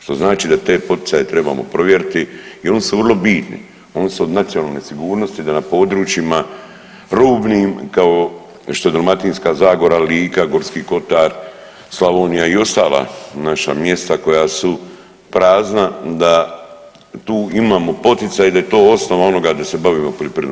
Što znači da te poticaje trebamo provjeriti i oni su vrlo bitni, oni su od nacionalne sigurnosti da na područjima rubnim kao što je Dalmatinska zagora, Lika, Gorski kotar, Slavonija i ostala naša mjesta koja su prazna da tu imamo poticaj i da je to osnova onoga da se bavimo poljoprivredom.